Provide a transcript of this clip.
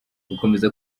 gukomeza